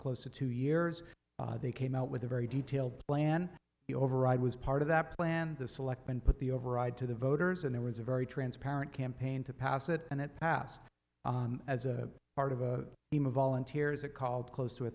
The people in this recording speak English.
close to two years they came out with a very detailed plan the override was part of the plan the selectmen put the override to the voters and there was a very transparent campaign to pass it and it passed as a part of a team of volunteers that called close to a